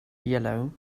yellow